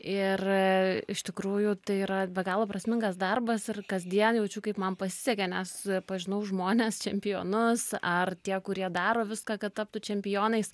ir iš tikrųjų tai yra be galo prasmingas darbas ir kasdien jaučiu kaip man pasisekė nes pažinau žmones čempionus ar tie kurie daro viską kad taptų čempionais